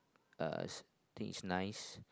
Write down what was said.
uh I think is nice